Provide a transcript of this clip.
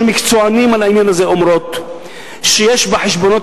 של מקצוענים בעניין הזה אומרות שיש בחשבונות